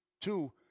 Two